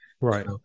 Right